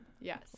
Yes